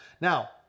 Now